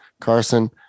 Carson